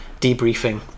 debriefing